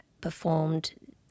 performed